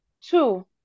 Two